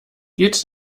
geht